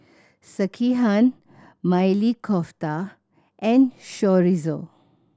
Sekihan Maili Kofta and Chorizo